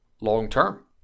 long-term